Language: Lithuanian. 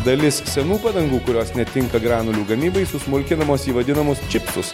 dalis senų padangų kurios netinka granulių gamybai susmulkinamos į vadinamus čipsus